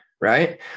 right